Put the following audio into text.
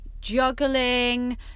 juggling